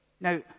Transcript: Now